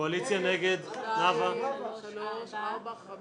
הצבעה בעד הרביזיה על